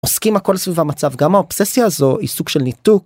עוסקים הכל סביב המצב גם האובססיה הזו היא סוג של ניתוק.